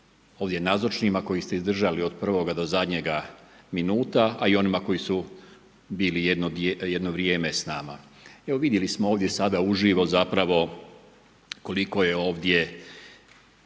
ovdje nazočnima koji ste izdržali od prvoga do zadnjega minuta, a i onima koji su bili jedno vrijeme s nama. Evo vidjeli smo ovdje sada uživo zapravo koliko je ovdje